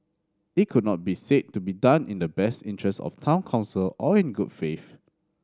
it could not be said to be done in the best interest of the Town Council or in good faith